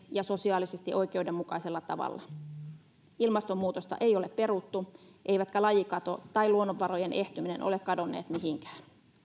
ja sosiaalisesti oikeudenmukaisella tavalla ilmastonmuutosta ei ole peruttu eivätkä lajikato tai luonnonvarojen ehtyminen ole kadonneet mihinkään